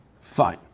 Fine